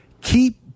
keep